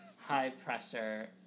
high-pressure